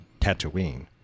Tatooine